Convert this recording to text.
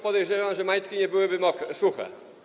Podejrzewam, że majtki nie byłyby suche.